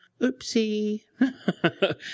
oopsie